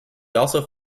also